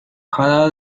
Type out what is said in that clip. cada